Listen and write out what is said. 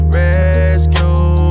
rescue